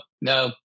no